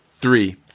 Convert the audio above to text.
Three